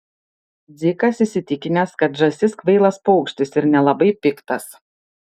dzikas įsitikinęs kad žąsis kvailas paukštis ir nelabai piktas